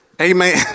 Amen